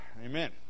Amen